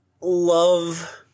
love –